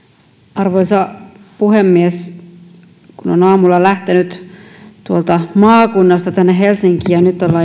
arvoisa puhemies kun on aamulla lähtenyt tuolta maakunnasta tänne helsinkiin ja nyt ollaan